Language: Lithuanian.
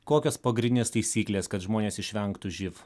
kokios pagrindinės taisyklės kad žmonės išvengtų živ